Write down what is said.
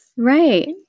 Right